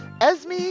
Esme